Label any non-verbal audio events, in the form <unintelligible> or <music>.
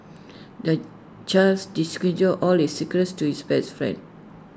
the child <unintelligible> all his secrets to his best friend